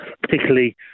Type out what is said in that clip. particularly